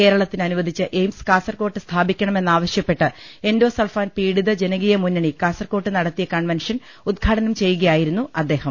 കേരളത്തിന് അനുവദിച്ച എയിംസ് കാസർകോട്ട് സ്ഥാപിക്കണമെന്നാവശ്യ പ്പെട്ട് എൻഡോ സൾഫാൻ പീഡിത ജനകീയ മുന്നണി കാസർകോട്ട് നടത്തിയ കൺവെൻഷൻ ഉദ്ഘാടനം ചെയ്യുകയായിരുന്നു അദ്ദേഹം